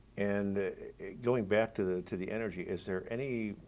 and going back to the to the energy, is there any,